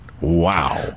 Wow